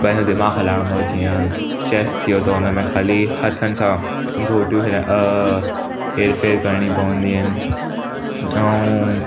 पंहिंजो दीमाग़ु हलाइणो हूंदो आहे जीअं चैस थी वियो त हुनमें ख़ाली हथनि सां गोटियूं खे अ हेर फेर करिणी पवंदी आहिनि ऐं